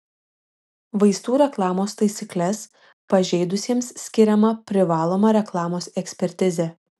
vaistų reklamos taisykles pažeidusiesiems skiriama privaloma reklamos ekspertizė